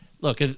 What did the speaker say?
look